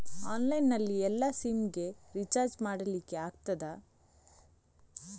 Online ನಲ್ಲಿ ಎಲ್ಲಾ sim ಗೆ ರಿಚಾರ್ಜ್ ಮಾಡಲಿಕ್ಕೆ ಆಗ್ತದಾ?